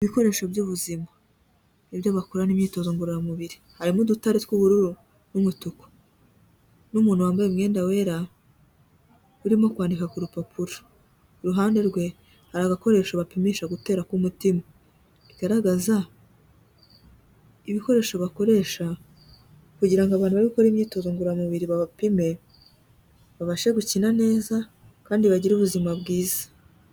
Ibikoresho by'ubuzima, ibyo bakorana imyitozo ngororamubiri, harimo udutara tw'ubururu n'umutuku n'umuntu wambaye umwenda wera urimo kwandika ku rupapuro, ku ruhande rwe hari agakoresho bapimisha gutera k'umutima, bigaragaza ibikoresho bakoresha kugira ngo abantu bari gukora imyitozo ngororamubiri babapime, babashe gukira neza kandi bagire ubuzima bwiza.